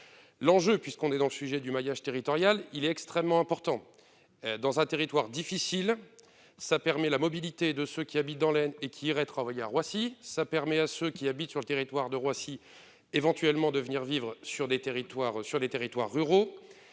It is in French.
l'enjeu puisqu'on est dans le sujet du maillage territorial, il est extrêmement important dans un territoire difficile ça permet la mobilité de ceux qui habitent dans l'et qui irait travailler à Roissy, ça permet à ceux qui habitent sur le territoire de Roissy éventuellement de venir vivre sur des territoires sur